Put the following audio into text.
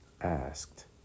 asked